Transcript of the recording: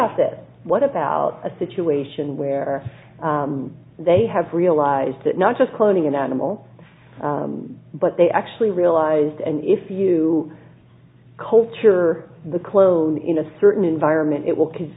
that what about a situation where they have realized that not just cloning an animal but they actually realized and if you culture the clone in a certain environment it will cause